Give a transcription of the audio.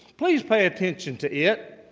please pay attention to it.